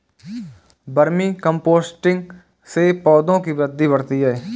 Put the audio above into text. vermi composting से पौधों की वृद्धि बढ़ती है